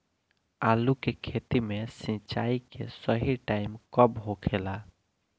आलू के खेती मे सिंचाई के सही टाइम कब होखे ला?